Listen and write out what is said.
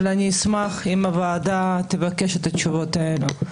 אשמח אם הוועדה תבקש את התשובות האלה.